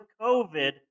COVID